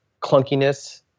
clunkiness